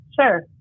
Sure